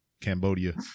Cambodia